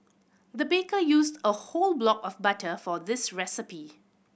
the baker used a whole block of butter for this recipe